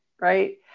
right